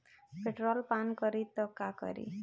Petrol पान करी त का करी?